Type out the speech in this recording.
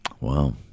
Wow